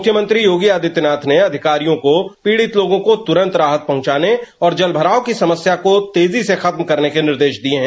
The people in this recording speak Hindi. मुख्यमंत्री योगी आदित्यनाथ ने अधिकारियों को पीड़ित लोगों को तुरन्त राहत पहुंचाने और जल भराव की समस्या को तेजी से खत्म करने के निर्देश दिये हैं